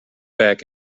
back